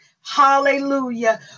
Hallelujah